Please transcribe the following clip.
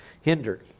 hindered